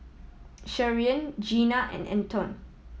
Sharyn Gina and Anton